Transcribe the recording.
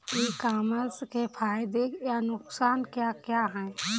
ई commerce के फायदे या नुकसान क्या क्या हैं?